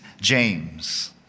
James